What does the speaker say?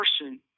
person